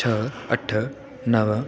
छह अठ नव